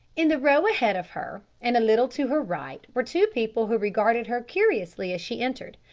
in the row ahead of her, and a little to her right, were two people who regarded her curiously as she entered.